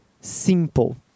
simple